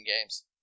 games